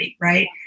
right